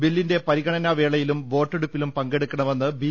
ബില്ലിന്റെ പരി ഗണനാ വേളയിലും വോട്ടെടുപ്പിലും പങ്കെടുക്കണമെന്ന് ബ്രി